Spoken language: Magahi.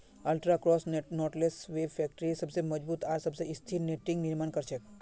ultra cross knotless web factory सबस मजबूत आर सबस स्थिर नेटिंगेर निर्माण कर छेक